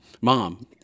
Mom